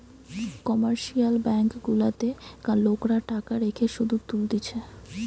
commercial bank গুলাতে লোকরা টাকা রেখে শুধ তুলতিছে